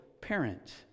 parent